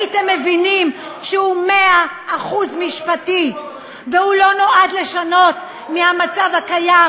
הייתם מבינים שהוא מאה אחוז משפטי והוא לא נועד לשנות את המצב הקיים,